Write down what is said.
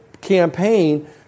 campaign